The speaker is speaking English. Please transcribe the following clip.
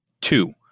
Two